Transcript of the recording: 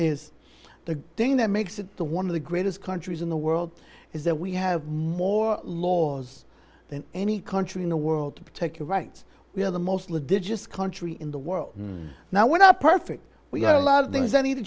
is the thing that makes it to one of the greatest countries in the world is that we have more laws than any country in the world to protect your rights we're the most litigious country in the world now we're not perfect we have a lot of things that need to